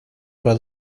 però